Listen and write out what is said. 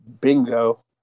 bingo